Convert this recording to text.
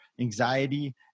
anxiety